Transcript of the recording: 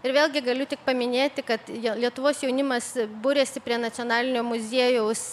ir vėlgi galiu tik paminėti kad jie lietuvos jaunimas buriasi prie nacionalinio muziejaus